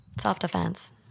Self-defense